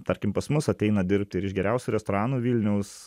tarkim pas mus ateina dirbti ir iš geriausių restoranų vilniaus